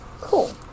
Cool